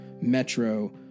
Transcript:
Metro